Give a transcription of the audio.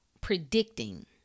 predicting